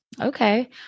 Okay